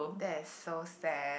that's so sad